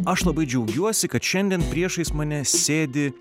aš labai džiaugiuosi kad šiandien priešais mane sėdi